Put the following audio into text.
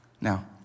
Now